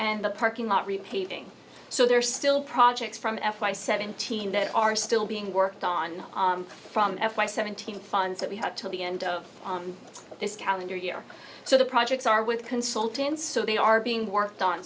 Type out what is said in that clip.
and the parking lot repeating so there are still projects from f y seventeen that are still being worked on from f y seventeen funds that we have till the end of this calendar year so the projects are with consultants so they are being worked on